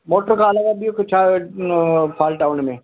motor खां अलावा ॿियों छा फाल्ट आहे हुन में